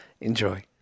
Enjoy